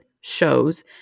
shows